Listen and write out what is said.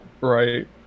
Right